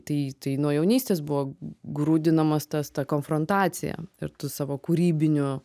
tai tai nuo jaunystės buvo grūdinamas tas ta konfrontacija ir tu savo kūrybiniu